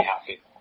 happy